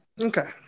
Okay